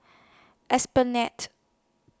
Esplanade